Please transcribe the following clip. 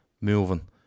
moving